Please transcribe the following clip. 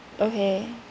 okay